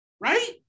Right